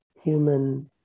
human